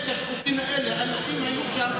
נעשה בתחנות הרכבת או באזור של התחנות עצמן,